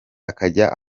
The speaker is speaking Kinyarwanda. akajya